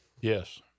Yes